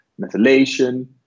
methylation